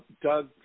Doug